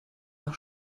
nach